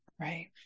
Right